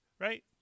Right